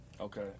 Okay